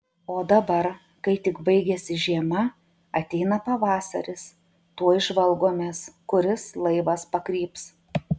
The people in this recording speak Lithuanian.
o dabar kai tik baigiasi žiema ateina pavasaris tuoj žvalgomės kuris laivas pakryps